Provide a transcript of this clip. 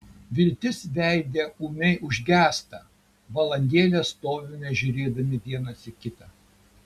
viltis veide ūmiai užgęsta valandėlę stovime žiūrėdami vienas į kitą